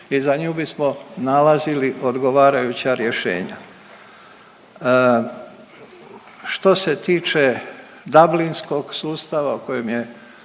i za nju bismo nalazili odgovarajuća rješenja. Što se tiče Dublinskog sustava o kojem je